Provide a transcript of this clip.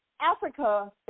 Africa